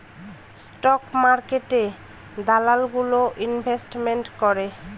stock মার্কেটে দালাল গুলো ইনভেস্টমেন্ট করে